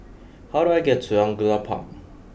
how do I get to Angullia Park